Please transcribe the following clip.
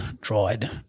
dried